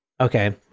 Okay